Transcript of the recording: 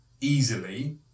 easily